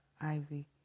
Ivy